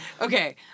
Okay